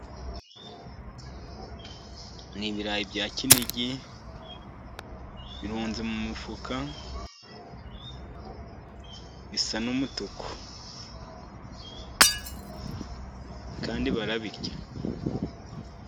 Ni ibirayi bya kinigi birunze mu mufuka, bisa n'umutuku kandi barabirya.